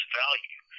value